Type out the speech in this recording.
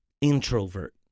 introvert